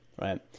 right